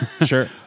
Sure